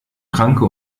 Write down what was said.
kranke